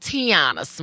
Tiana